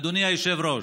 אדוני היושב-ראש,